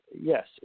yes